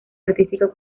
artístico